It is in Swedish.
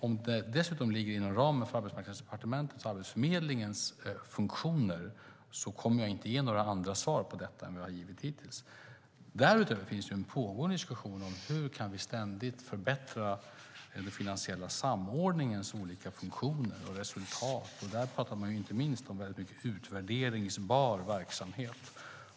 Om det dessutom ligger inom ramen för Arbetsmarknadsdepartementets och Arbetsförmedlingens funktioner kommer jag inte att ge några andra svar än de jag har givit hittills. Därutöver finns det en pågående diskussion om hur vi ständigt kan förbättra den finansiella samordningens olika funktioner och resultat. Där pratar man inte minst om vad det finns för utvärderingsbar verksamhet.